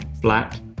Flat